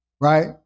Right